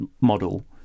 model